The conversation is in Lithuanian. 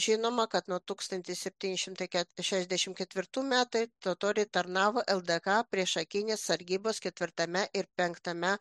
žinoma kad nuo tūkstantis septyni šimtai ke šešiasdešimt ketvirtų metai totoriai tarnavo ldk priešakinės sargybos ketvirtame ir penktame